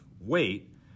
weight